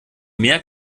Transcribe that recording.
mehr